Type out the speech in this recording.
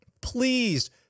please